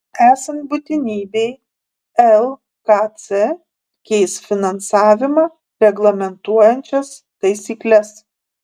esant būtinybei lkc keis finansavimą reglamentuojančias taisykles